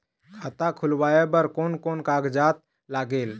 खाता खुलवाय बर कोन कोन कागजात लागेल?